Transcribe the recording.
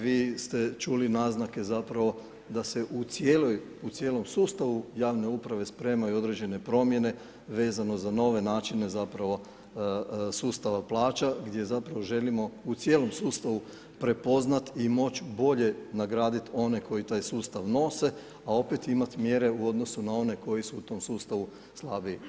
Vi ste čuli naznake da se u cijelom sustavu javne uprave spremaju određene promjene vezano za nove načine sustava plaća gdje želimo u cijelom sustavu prepoznat i moć bolje nagraditi one koji taj sustav nose, a opet imati mjere u odnosu na one koji su u tom sustavu slabiji.